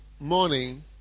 morning